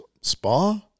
Spa